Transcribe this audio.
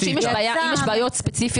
אנחנו דיברנו באופן כללי על סוכני הביטוח.